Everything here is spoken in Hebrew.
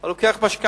הוא לוקח משכנתה.